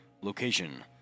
location